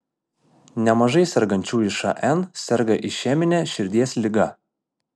nemažai sergančiųjų šn serga išemine širdies liga